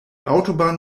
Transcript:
autobahn